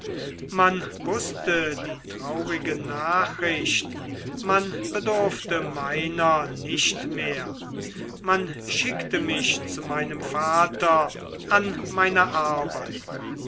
man wußte die traurige nachricht man bedurfte meiner nicht mehr man schickte mich zu meinem vater an meine arbeit